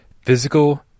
physical